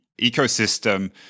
ecosystem